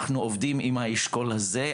אנחנו עובדים עם האשכול הזה.